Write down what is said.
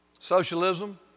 Socialism